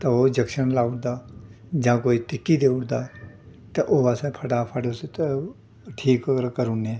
तां ओह् इंजक्शन लाई ओड़दा जां कोई टिक्की देई ओड़दा ते ओह् असें फटाफट उस्सी ते ठीक करी ओड़ने आं